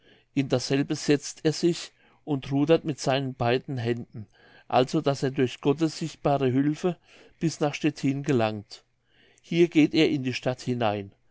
in dasselbe setzt er sich und rudert mit seinen beiden händen also daß er durch gottes sichtbare hülfe bis nach stettin gelangt hier geht er in die stadt hinein